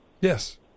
Yes